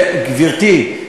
גברתי,